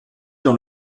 dans